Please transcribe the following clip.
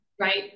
right